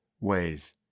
ways